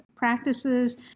practices